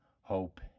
hope